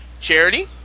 Charity